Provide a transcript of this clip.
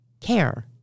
care